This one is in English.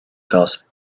cause